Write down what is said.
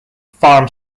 farm